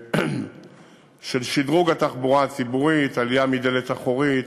של שדרוג התחבורה הציבורית: עלייה מדלת אחורית,